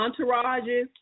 entourages